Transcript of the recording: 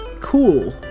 cool